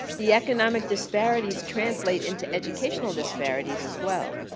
the economic disparities translate into educational disparities as well.